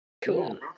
cool